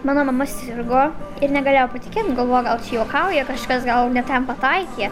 mano mama sirgo ir negalėjo patikėt galvojo gal čia juokauja kažkas gal ne ten pataikė